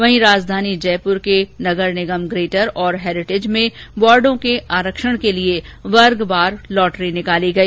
वहीं राजधानी जयपुर के नगर निगम ग्रेटर और हैरीटेज में वार्डो के आरक्षण के लिए वर्गवार लॉटरी निकाली गई